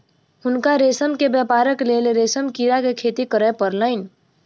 हुनका रेशम के व्यापारक लेल रेशम कीड़ा के खेती करअ पड़लैन